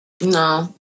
No